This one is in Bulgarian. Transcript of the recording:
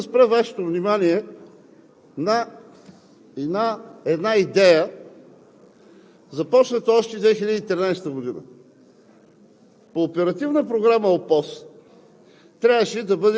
единият, ако прелее, може да отиде в другия и така нататък, но искам да спра Вашето внимание на една идея, започната още през 2013 г.